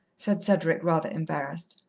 said cedric, rather embarrassed.